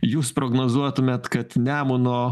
jūs prognozuotumėt kad nemuno